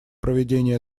проведении